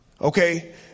okay